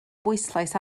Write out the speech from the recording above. bwyslais